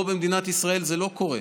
פה במדינת ישראל זה לא קורה.